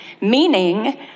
meaning